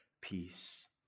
peace